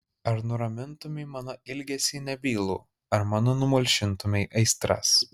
ar nuramintumei mano ilgesį nebylų ar mano numalšintumei aistras